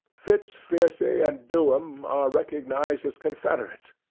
fitz-fiercy and do'em are recognized as confederates,